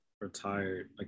retired